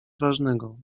ważnego